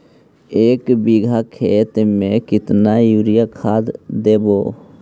एक बिघा खेत में केतना युरिया खाद देवै?